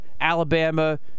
Alabama